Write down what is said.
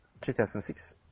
2006